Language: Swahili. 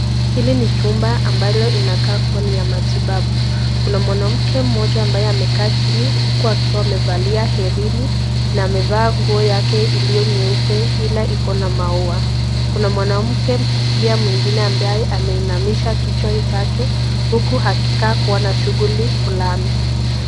Hili ni chumba ambalo linakaa kuwa ni ya matibabu, Kuna mwanamke ambaye amekaa chini kuwa amevalia herini na amevaa nguo yake iliyo nyeupe hila iko na maua, Kuna mwanamke mwingine pia ambaye ameinamisha kichwa chake huku akikaa kuwa na shughuli Fulani.